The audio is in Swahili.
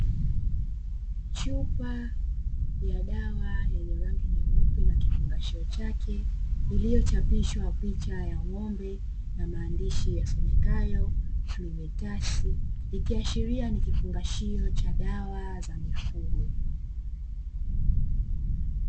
Chupa ya dawa yenye rangi nyeupe na kifungashio chake, iliyochapishwa picha ya ng'ombe na maandishi yasomekayo “Flumitasi”, ikiashiria ni kifungashio cha dawa za mifugo.